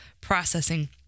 processing